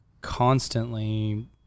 constantly